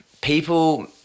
people